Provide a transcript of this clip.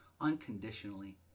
unconditionally